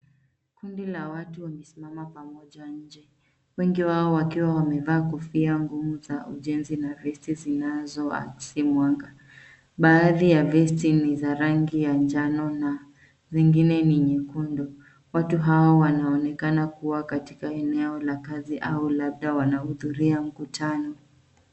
Kundi la watu wamesimama pamoja nje, wengi wao wakiwa wamevaa kofia ngumu za ujenzi na vesti zinazoakisi mwanga. Baadhi ya vesti ni za rangi ya njano na zingine ni nyekundu. Watu hao wanaonekana kuwa katika eneo la kazi au labda wanahudhuria mkutano.